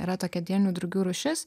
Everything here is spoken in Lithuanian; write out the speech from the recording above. yra tokia dieninių drugių rūšis